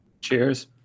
Cheers